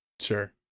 Sure